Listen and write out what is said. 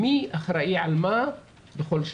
מי אחראי על מה בכל שלב.